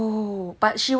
through the cesarean